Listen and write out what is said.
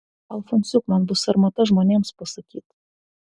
alfonsiuk man bus sarmata žmonėms pasakyt